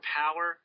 power